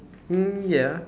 mm ya